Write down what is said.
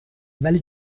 ولی